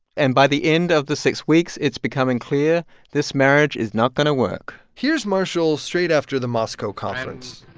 and by the end of the six weeks, it's becoming clear this marriage is not going to work here's marshall straight after the moscow kind of